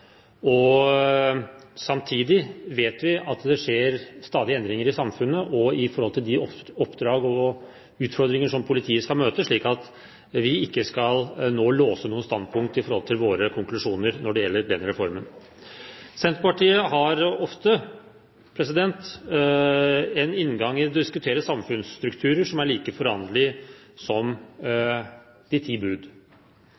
Samtidig vet vi at det stadig skjer endringer i samfunnet og i forhold til de oppdrag og utfordringer som politiet skal møte, slik at vi ikke nå skal låse noe standpunkt i forhold til våre konklusjoner når det gjelder den reformen. Senterpartiet har ofte en inngang til å diskutere samfunnsstrukturer som er like foranderlig som